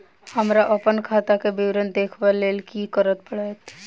हमरा अप्पन खाताक विवरण देखबा लेल की करऽ पड़त?